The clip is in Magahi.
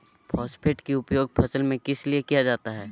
फॉस्फेट की उपयोग फसल में किस लिए किया जाता है?